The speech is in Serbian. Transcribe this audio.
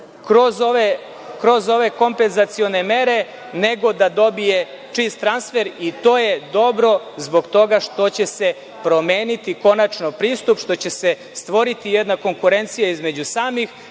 kroz ove kompenzacione mere, nego da dobije čist transfer. To je dobro zbog toga što će se promeniti konačno pristup, što će se stvoriti jedna konkurencija između samih